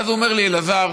ואז הוא אומר לי: אלעזר,